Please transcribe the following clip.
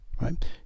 right